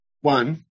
One